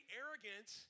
arrogant